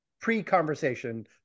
pre-conversation